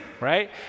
right